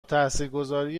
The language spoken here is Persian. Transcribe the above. تاثیرگذاری